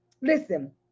Listen